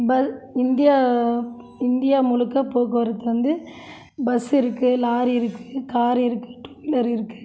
பல் India India முழுக்க போக்குவரத்து வந்து பஸ் இருக்குது லாரி இருக்குது கார் இருக்குது டூ வீலர் இருக்குது